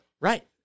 Right